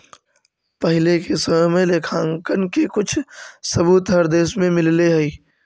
पहिले के समय में लेखांकन के कुछ सबूत हर देश में मिलले हई